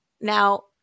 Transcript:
Now